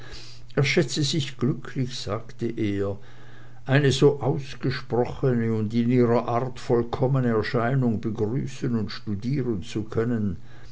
er schätze sich glücklich sagte er eine so ausgesprochene und in ihrer art vollkommene erscheinung begrüßen und studieren zu können